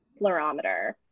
fluorometer